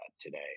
today